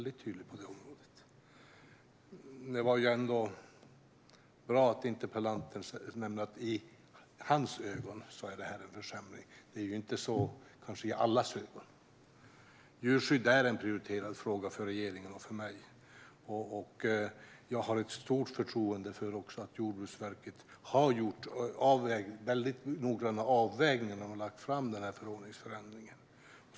Det var bra att interpellanten nämnde att det är en försämring i hans ögon, för det är det kanske inte i allas ögon. Djurskydd är en prioriterad fråga för regeringen och för mig, och jag har stort förtroende för att Jordbruksverket har gjort noggranna avvägningar innan de lade fram förordningsförändringen.